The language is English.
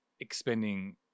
expending